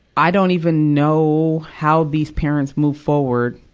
i don't even know how these parents move forward,